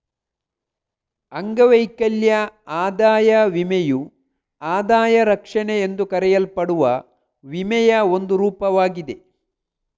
ಅಂಗವೈಕಲ್ಯ ಆದಾಯ ವಿಮೆಯು ಆದಾಯ ರಕ್ಷಣೆ ಎಂದು ಕರೆಯಲ್ಪಡುವ ವಿಮೆಯ ಒಂದು ರೂಪವಾಗಿದೆ